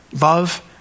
Love